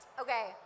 Okay